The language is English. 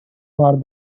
for